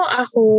ako